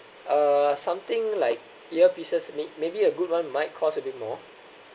uh something like earpieces may maybe a good one might cost a bit more